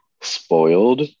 spoiled